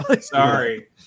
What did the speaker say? Sorry